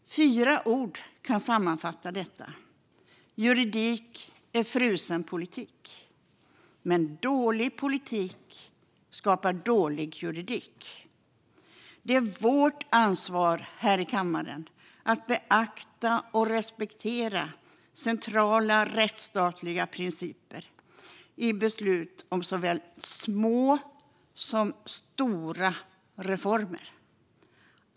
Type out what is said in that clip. Fyra ord kan sammanfatta detta: Juridik är frusen politik. Men dålig politik skapar dålig juridik, och det är vårt ansvar här i kammaren att beakta och respektera centrala rättsstatliga principer i beslut om såväl små som stora reformer.